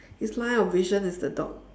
his line of vision is the dog